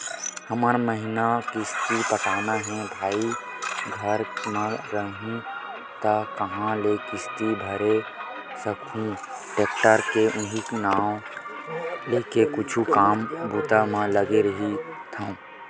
हर महिना किस्ती पटाना हे भई घर म रइहूँ त काँहा ले किस्ती भरे सकहूं टेक्टर के उहीं नांव लेके कुछु काम बूता म लगे रहिथव